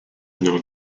known